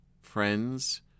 friends